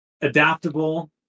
adaptable